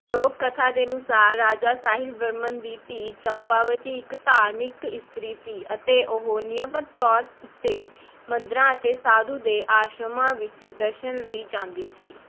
ਲੋਕ ਕਥਾ ਦੇ ਅਨੁਸਾਰ ਰਾਜਾ ਸਾਹਿਲ ਵਰਮਨ ਦੀ ਧੀ ਚੰਪਾਵਤੀ ਇੱਕ ਧਾਰਮਿਕ ਇਸਤਰੀ ਸੀ ਅਤੇ ਉਹ ਨਿਯਮਿਤ ਤੌਰ ਉੱਤੇ ਮੰਦਰਾਂ ਅਤੇ ਸਾਧੂ ਦੇ ਆਸ਼ਰਮਾਂ ਵਿੱਚ ਦਰਸ਼ਨ ਲਈ ਜਾਂਦੀ ਸੀ